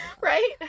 Right